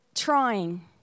trying